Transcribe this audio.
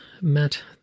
Matt